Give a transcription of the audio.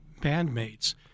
bandmates